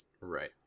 Right